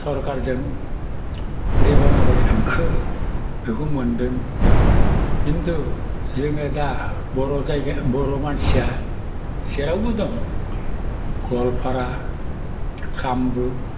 सरखारजों देब'नागरि हांखो बेखौ मोन्दों खिन्थु जोङो दा बर' मानसिया जेरावबो दं गवालपारा कामरुप